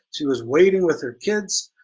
she was waiting with her kids.